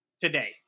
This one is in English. Today